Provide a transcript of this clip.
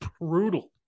brutal